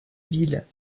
ville